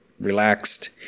Relaxed